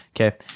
Okay